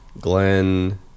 Glenn